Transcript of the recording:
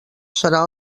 serà